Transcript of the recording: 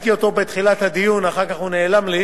ראיתי אותו בתחילת הדיון, אחר כך הוא נעלם לי.